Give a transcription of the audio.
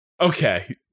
Okay